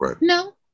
no